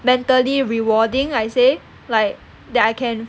mentally rewarding I say like that I can